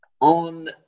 on